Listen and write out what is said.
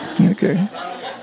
Okay